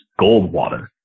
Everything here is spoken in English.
Goldwater